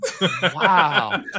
Wow